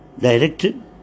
directed